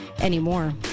Anymore